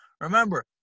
remember